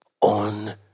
on